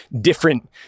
different